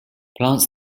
plants